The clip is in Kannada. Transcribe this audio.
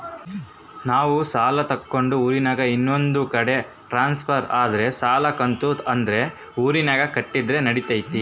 ನಾವು ಸಾಲ ತಗೊಂಡು ಊರಿಂದ ಇನ್ನೊಂದು ಕಡೆ ಟ್ರಾನ್ಸ್ಫರ್ ಆದರೆ ಸಾಲ ಕಂತು ಅದೇ ಊರಿನಾಗ ಕಟ್ಟಿದ್ರ ನಡಿತೈತಿ?